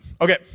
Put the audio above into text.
Okay